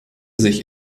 sich